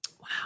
Wow